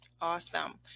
Awesome